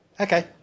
Okay